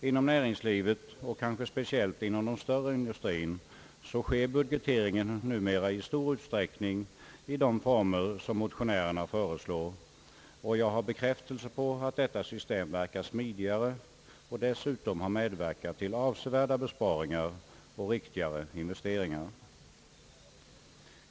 Inom näringslivet och speciellt inom den större industrien sker budgeteringen numera i stor utsträckning i de former som motionärerna föreslår, och jag har bekräftelse på att detta system verkar smidigare och dessutom har medverkat till avsevärda besparingar och riktigare investeringar.